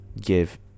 give